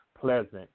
pleasant